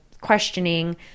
questioning